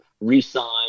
re-sign